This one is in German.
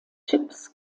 chips